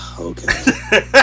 okay